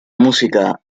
música